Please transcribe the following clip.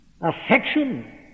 affection